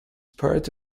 part